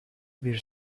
bir